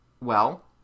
Well